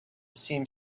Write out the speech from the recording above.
seemed